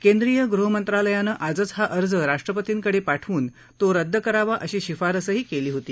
केंद्रीय गृहमंत्रालयानं आजच हा अर्ज राष्ट्रपतींकडे पाठवून तो रद्द करावा अशी शिफारसही केली होती